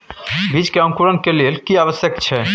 बीज के अंकुरण के लेल की आवश्यक छै?